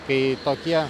kai tokie